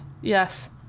yes